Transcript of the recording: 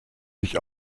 sich